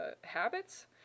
habits